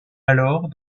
alors